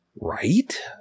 right